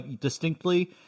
distinctly